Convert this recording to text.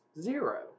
Zero